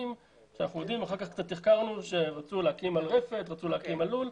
שאנחנו יודעים שרצו להקים על רפת או על לול.